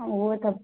हा उहो त